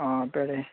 आं पेडे